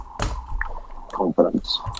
confidence